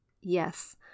Yes